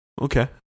okay